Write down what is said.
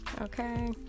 Okay